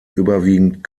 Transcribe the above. überwiegend